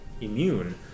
immune